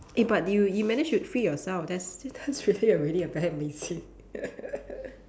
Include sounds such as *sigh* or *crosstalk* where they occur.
eh but you you managed to free yourself that's that's really already very amazing *laughs*